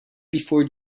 before